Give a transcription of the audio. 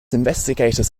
investigators